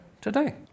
today